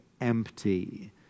empty